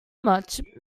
much